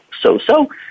so-so